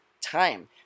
time